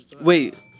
Wait